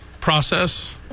process